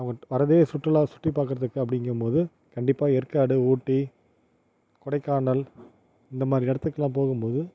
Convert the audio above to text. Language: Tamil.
அவங்க வர்றதே சுற்றுலா சுற்றிப் பார்க்குறதுக்குதான் அப்படிங்கம்போது கண்டிப்பாக ஏற்காடு ஊட்டி கொடைக்கானல் இந்தமாதிரி இடத்துக்குலா போகும்போது